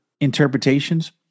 interpretations